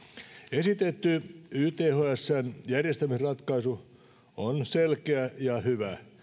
esitetty ythsn järjestämisratkaisu on selkeä ja hyvä